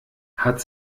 hat